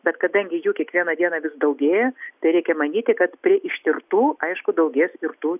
bet kadangi jų kiekvieną dieną vis daugėja tai reikia manyti kad prie ištirtų aišku daugės ir tų